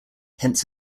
hence